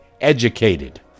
educated